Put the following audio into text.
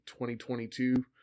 2022